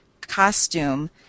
costume